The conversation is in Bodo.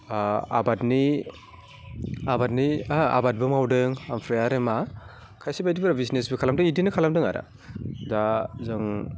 आबादनि हा आबादबो मावदों ओमफ्राय आरो मा खायसे बायदिफ्रा बिजनेसबो खालामदों बिदिनो खालामदों आरो दा जों